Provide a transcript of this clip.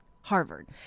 Harvard